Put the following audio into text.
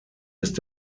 ist